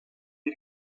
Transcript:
bir